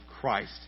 Christ